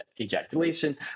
ejaculation